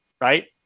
right